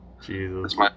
Jesus